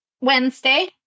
Wednesday